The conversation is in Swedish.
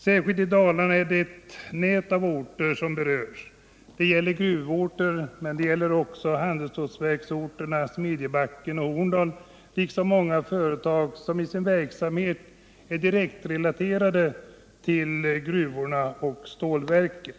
Särskilt i Dalarna berörs ett nät av orter. Det gäller gruvorter, men också handelsstålverksorterna Smedjebacken och Horndal liksom många företag som i sin verksamhet är direkt relaterade till gruvorna och stålverken.